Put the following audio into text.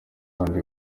bandi